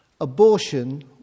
Abortion